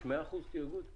יש מאה אחוז תאגוד?